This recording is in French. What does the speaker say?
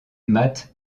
matt